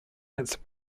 its